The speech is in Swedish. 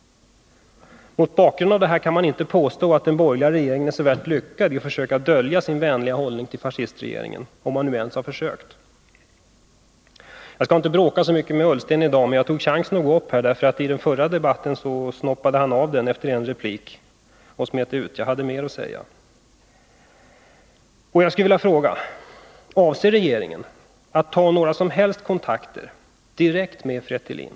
Mot bakgrund av detta kan man inte påstå att den borgerliga regeringen är så värst lyckad i sina försök att dölja sin vänliga hållning till fascistregeringen — om regeringen ens har försökt dölja den. Jag skall inte bråka så mycket med Ola Ullsten i dag, men jag tog chansen att gå upp i debatten här, eftersom han efter en replik snoppade av den förra debatten i frågan och smet ut. Jag hade mer att säga. direkt med FRETILIN?